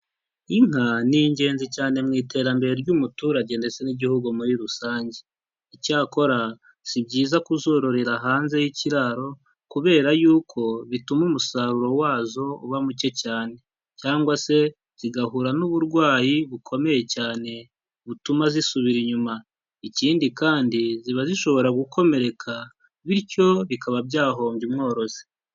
Inka ni ingenzi cyane mu iterambere ry'umuturage ndetse n'igihugu muri rusange, icyakora si byiza kuzororera hanze y'ikiraro kubera yuko bituma umusaruro wazo uba muke cyane cyangwa se zigahura n'uburwayi bukomeye cyane butuma zisubira inyuma, ikindi kandi ziba zishobora gukomereka bityo bikaba byahombya umworozi.